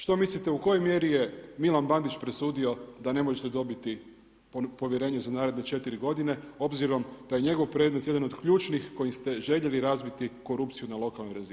Što mislite u kojoj mjeri je Milan Bandić presudio da ne možete dobiti povjerenje za naredne 4 godine, obzirom da je njegov predmet jedan od ključnih kojim ste željeli razbiti korupciju na lokalnoj razini?